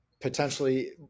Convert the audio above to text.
Potentially